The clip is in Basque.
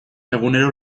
egunero